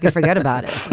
yeah forget about it.